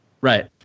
Right